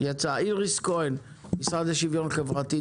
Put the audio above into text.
איריס כהן, המשרד לשוויון חברתי.